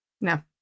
No